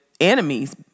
enemies